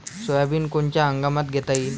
Soybean कोनच्या हंगामात घेता येईन?